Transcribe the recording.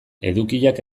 edukiak